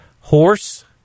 horse